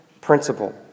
principle